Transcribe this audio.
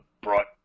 brought